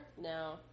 no